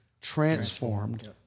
transformed